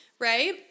Right